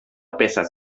peces